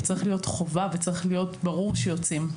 הוא צריך להיות חובה וצריך להיות ברור שיוצאים.